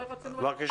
בבקשה.